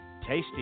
Tasty